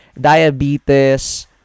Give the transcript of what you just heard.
Diabetes